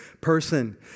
person